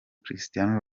cristiano